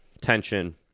tension